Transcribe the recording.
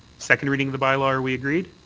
second reading of the bylaw are we agreed?